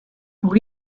pour